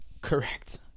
correct